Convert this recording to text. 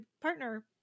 partner